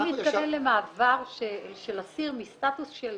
אתה מתכוון למעבר של אסיר מסטטוס של